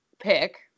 pick